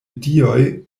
dioj